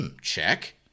check